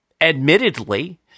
Admittedly